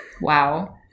Wow